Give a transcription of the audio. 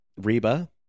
Reba